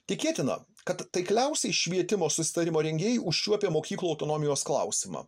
tikėtina kad taikliausiai švietimo susitarimo rengėjai užčiuopė mokyklų autonomijos klausimą